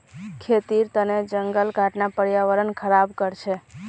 खेतीर तने जंगल काटना पर्यावरण ख़राब कर छे